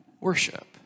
worship